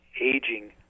aging